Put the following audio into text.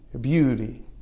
beauty